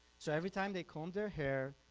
so every time they combed their hair,